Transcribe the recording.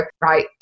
right